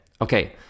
Okay